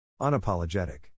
Unapologetic